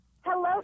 Hello